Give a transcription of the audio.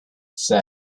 said